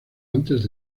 antes